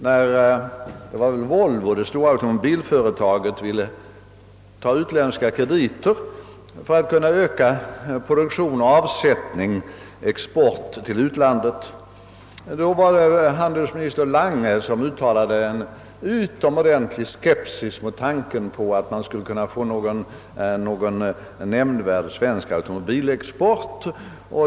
När det stora automobilföretaget Volvo ville ta utländska krediter för att kunna öka produktionen och därmed exporten till utlandet, uttalade handelsminister Lange en utomordentlig stor skepsis mot tanken på att man skulle kunna få någon nämnvärd svensk automobilexport.